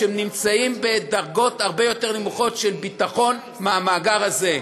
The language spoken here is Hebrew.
שהם נמצאים בדרגות הרבה יותר נמוכות של ביטחון מהמאגר הזה.